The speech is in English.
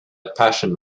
passion